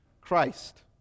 Christ